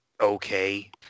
okay